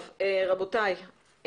טוב, רבותיי,